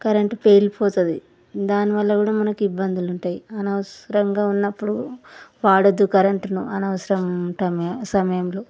current పేలిపోతుంది దానివల్ల కూడా మనకి ఇబ్బందులు ఉంటాయి అనవసరంగా ఉన్నప్పుడు వాడవద్దు కరెంటును అనవసరం టైములో సమయంలో